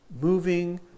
moving